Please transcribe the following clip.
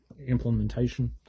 implementation